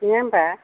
नङा होम्बा